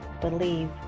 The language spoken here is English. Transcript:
believe